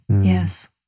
Yes